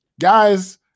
guys